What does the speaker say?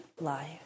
life